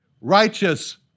Righteous